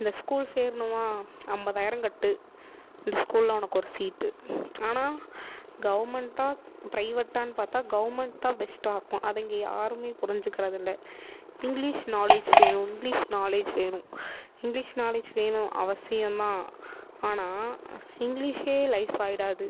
இந்த ஸ்கூல் சேரணுமா ஐம்பதாயிரம் கட்டு இந்த ஸ்கூலில் உனக்கு ஒரு சீட்டு ஆனால் கவர்மெண்ட்டா ப்ரைவெட்டான்னு பார்த்தா கவர்மெண்ட் தான் பெஸ்ட்டாக இருக்கும் அதை இங்கே யாருமே புரிஞ்சிக்கிறதில்லை இங்க்லீஷ் நாலேஜ் வேணும் இங்க்லீஷ் நாலேஜ் வேணும் இங்க்லீஷ் நாலேஜ் வேணும் அவசியம் தான் ஆனால் இங்க்லீஷே லைஃப் ஆகிடாது